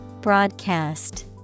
Broadcast